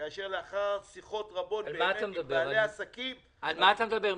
כאשר לאחר שיחות רבות עם בעלי עסקים --- על מה אתה מדבר,